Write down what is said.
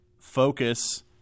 focus